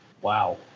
wow